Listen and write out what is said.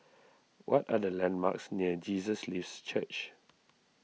what are the landmarks near Jesus Lives Church